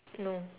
no